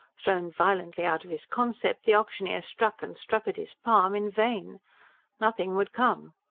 thrown violently out of his concept, the auctioneer struck and struck at his palm in vain nothing would come.